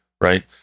right